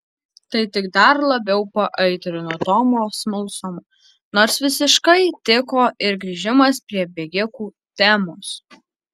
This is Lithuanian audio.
tai tik dar labiau paaitrino tomo smalsumą nors visiškai tiko ir grįžimas prie bėgikų temos